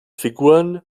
figuren